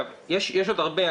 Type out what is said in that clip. יש עוד הרבה.